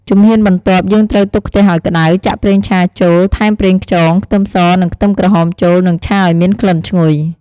ជំហានបន្ទាប់ យើងត្រូវទុកខ្ទះឱ្យក្ដៅ ចាក់ប្រេងឆាចូល ថែមប្រេងខ្យង ខ្ទឹមស និងខ្ទឹមក្រហមចូល និងឆាឱ្យមានក្លិនឈ្ងុយ ។